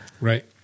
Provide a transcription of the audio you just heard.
Right